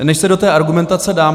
Než se do té argumentace dám